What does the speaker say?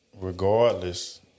Regardless